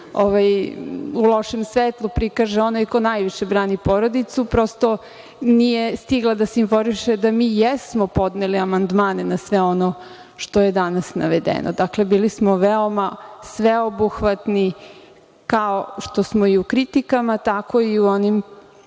u lošem svetlu prikaže onaj ko najviše brani porodicu, prosto nije stigla da se informiše da mi jesmo podneli amandmane na sve ono što je danas navedeno. Dakle, bili smo veoma sveobuhvatni, kao što smo i u kritikama, tako i u onim